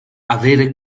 avere